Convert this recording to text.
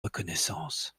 reconnaissance